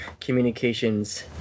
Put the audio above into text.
communications